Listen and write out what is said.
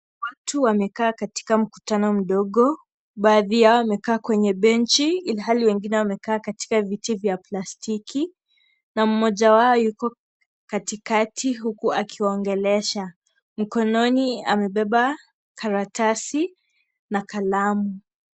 Watu wamekaa katika mkutano mdogo. Baadhi yao wamekaa kwenye benchi, ilhali wengine wamekaa katika viti vya plastiki, na mmoja wao yuko katikati huku akiwaongelesha. Mkononi amebeba karatasi na kalamu.